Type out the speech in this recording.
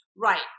Right